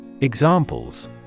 Examples